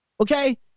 okay